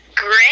Great